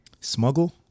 Smuggle